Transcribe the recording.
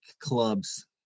clubs